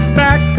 back